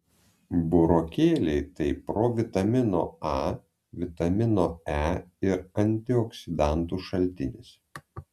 burokėliai tai provitamino a vitamino e ir antioksidantų šaltinis